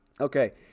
Okay